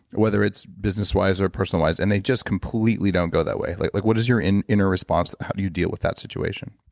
whether it's business wise or personal wise and they just completely don't go that way? like like what is your inner response? how do you deal with that situation?